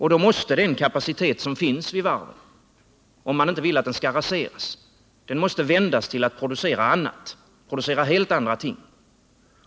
Då måste den kapacitet som finns vid varven — om man inte vill att den skall raseras — vändas till att producera helt andra ting.